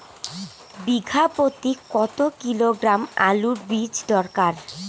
বিঘা প্রতি কত কিলোগ্রাম আলুর বীজ দরকার?